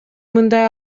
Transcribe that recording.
мындай